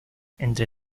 entre